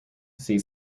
see